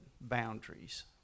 boundaries